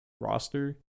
roster